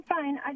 fine